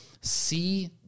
see